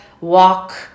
walk